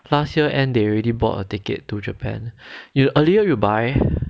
last year end they already bought a ticket to japan you earlier you buy